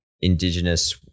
Indigenous